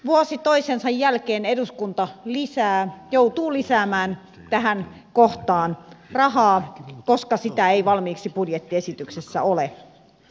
vuosi toisensa jälkeen eduskunta joutuu lisäämään tähän kohtaan rahaa koska sitä ei valmiiksi budjettiesityksessä ole